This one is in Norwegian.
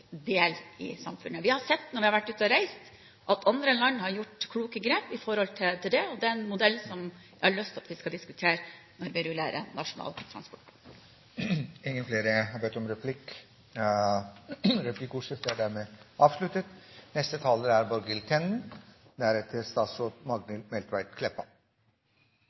i samfunnet. Vi har sett, når vi har vært ute og reist, at andre land har gjort kloke grep her, og det er en modell som jeg har lyst til at vi skal diskutere når vi rullerer Nasjonal transportplan.